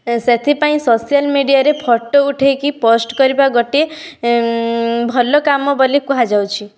ଏ ସେଥିପାଇଁ ସୋସିଆଲ ମିଡ଼ିଆରେ ଫଟୋ ଉଠାଇକି ପୋଷ୍ଟ କରିବା ଗୋଟେ ଭଲ କାମ ବୋଲି କୁହାଯାଉଛି